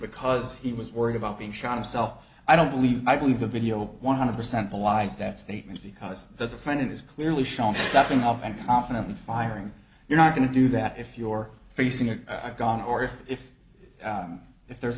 because he was worried about being shot himself i don't believe i believe the video one hundred percent belies that statement because the friend it is clearly shown stepping up and confidently firing you're not going to do that if your facing an i've gone or if if if there's